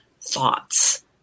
thoughts